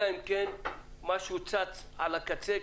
אלא אם כן משהו צץ על הקצה,